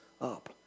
up